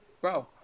bro